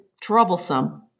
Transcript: troublesome